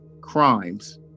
Crimes